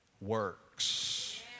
works